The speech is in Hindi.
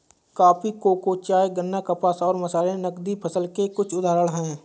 कॉफी, कोको, चाय, गन्ना, कपास और मसाले नकदी फसल के कुछ उदाहरण हैं